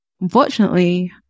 unfortunately